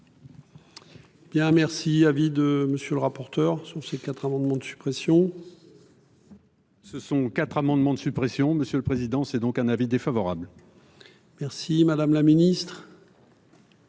Merci à vie de monsieur le rapporteur. Sur ces quatre amendements de suppression. Ce sont 4 amendements de suppression. Monsieur le Président, c'est donc un avis défavorable. Merci, madame la Ministre.